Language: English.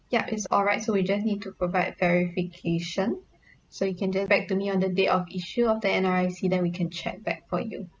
yup it's alright so we just need to provide verification so you can just write to me on the date of issue of the N_R_I_C then we can check back for you